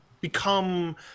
become